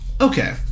okay